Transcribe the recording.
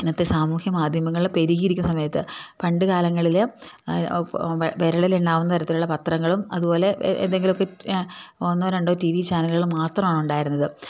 ഇന്നത്തെ സാമൂഹ്യ മാധ്യമങ്ങളിൽ പെരികി ഇരിക്കുന്ന സമയത്ത് പണ്ടു കാലങ്ങളിൽ വിരലിൽ എണ്ണാവുന്ന തരത്തിലുള്ള പത്രങ്ങളും അതുപോലെ എന്തെങ്കിലുമൊക്കെ ഒന്നോ രണ്ടോ ടിവി ചാനലുകൾ മാത്രമാണ് ഉണ്ടായിരുന്നത്